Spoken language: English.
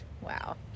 Wow